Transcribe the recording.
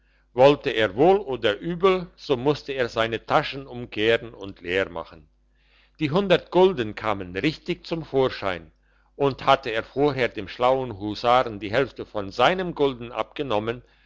wollte er wohl oder übel so musste er seine taschen umkehren und leer machen die hundert gulden kamen richtig zum vorschein und hatte er vorher dem schlauen husaren die hälfte von seinem gulden abgenommen